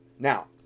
Now